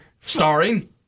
starring